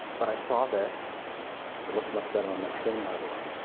but i saw this it looks much better on my screen, by the way